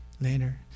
later